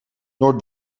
noord